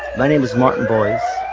my name is martin boyce.